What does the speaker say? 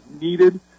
needed